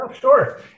Sure